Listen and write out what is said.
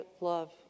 love